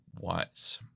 white